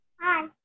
Hi